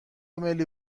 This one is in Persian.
ملی